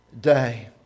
day